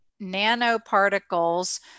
nanoparticles